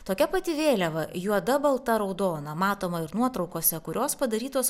tokia pati vėliava juoda balta raudona matoma ir nuotraukose kurios padarytos